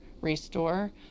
Restore